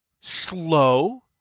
slow